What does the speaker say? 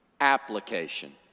application